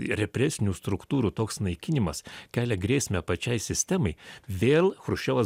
represinių struktūrų toks naikinimas kelia grėsmę pačiai sistemai vėl chruščiovas